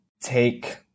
take